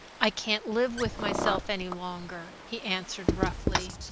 i can't live with myself any longer, he answered roughly.